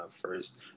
first